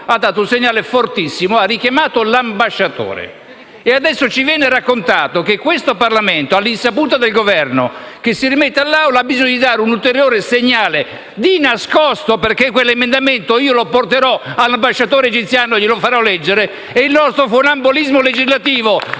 ha dato un segnale fortissimo, richiamando l'ambasciatore. E adesso ci viene raccontato che questo Parlamento, all'insaputa del Governo che si rimette all'Assemblea, ha bisogno di dare un'ulteriore segnale di nascosto. Questo emendamento io lo porterò all'ambasciatore egiziano e glielo farò leggere. Gli dirò che, grazie al nostro funambolismo legislativo,